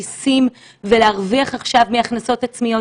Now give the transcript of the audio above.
האזרחים ולהפיח את התקווה ולתת קצת מרגוע לנפש וזו הייתה